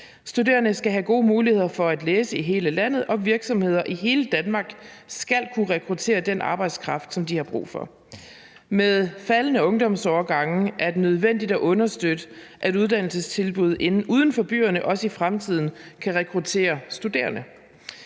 Studerende skal have gode muligheder for at læse i hele landet, og virksomheder i hele Danmark skal kunne rekruttere den arbejdskraft, som de har brug for. Med faldende ungdomsårgange er det nødvendigt at understøtte, at uddannelsestilbud uden for byerne også i fremtiden kan rekruttere studerende.